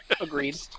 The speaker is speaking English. Agreed